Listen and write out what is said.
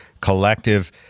Collective